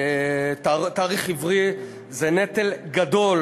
תאריך עברי, זה נטל גדול